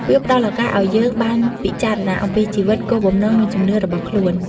វាផ្តល់ឱកាសឲ្យយើងបានពិចារណាអំពីជីវិត គោលបំណង និងជំនឿរបស់ខ្លួន។